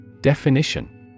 Definition